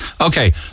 okay